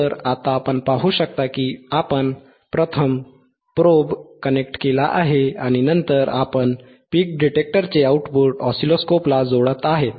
तर आता आपण पाहू शकता की आपण प्रथम प्रोब कनेक्ट केला आहे आणि नंतर आपण पीक डिटेक्टरचे आउटपुट ऑसिलोस्कोपला जोडत आहोत